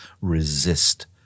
resist